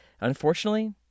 unfortunately